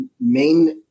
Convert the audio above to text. main